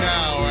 Now